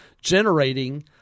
generating